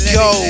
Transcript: go